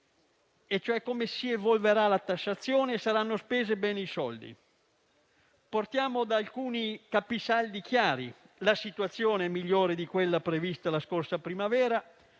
cioè come si evolverà la tassazione se saranno spesi bene i soldi. Partiamo da alcuni capisaldi chiari: la situazione è migliore di quella prevista la scorsa primavera,